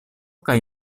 kaj